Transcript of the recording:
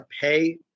pay